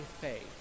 faith